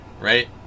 right